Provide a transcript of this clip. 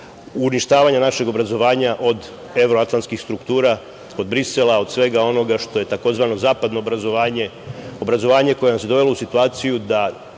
uništavanja našeg obrazovanja od evroatlantskih struktura, od Brisela, a od svega onoga što je, tzv. zapadno obrazovanje, obrazovanje koje nas je dovelo u situaciju da